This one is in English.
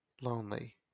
lonely